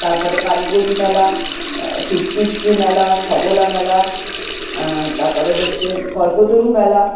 তারপরে কারিগরি মেলা সৃষ্টিশ্রী মেলা সবলা মেলা তারপরে হচ্ছে কল্পতরু মেলা